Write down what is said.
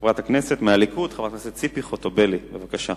חברת הכנסת ציפי חוטובלי מהליכוד, בבקשה.